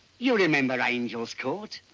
you remember angel's court.